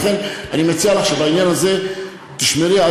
לכן אני מציע לך שבעניין הזה תשמרי על